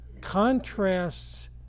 contrasts